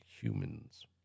humans